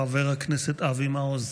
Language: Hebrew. חבר הכנסת אבי מעוז.